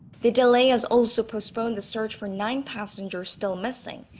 the delay has also postponed the search for nine passengers still missing,